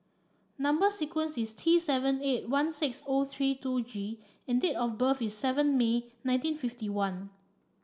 number sequence is T seven eight one six O three two G and date of birth is seven May nineteen fifty one